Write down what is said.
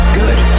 good